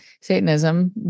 Satanism